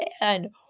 man